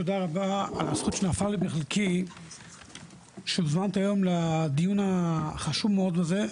תודה רבה על הזכות שנפלה בחלקי שהוזמנתי היום לדיון החשוב מאוד הזה,